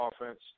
offense